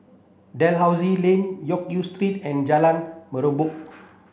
Dalhousie Lane Loke Yew Sleep and Jalan Mempurong